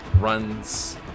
runs